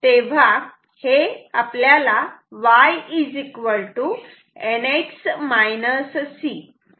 तेव्हा हे y NX C असे दिसते